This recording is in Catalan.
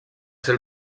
ser